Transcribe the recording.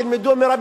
תלמדו מרבין,